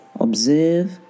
observe